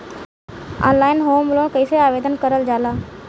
Online home loan कैसे आवेदन करल जा ला?